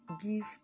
Give